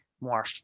more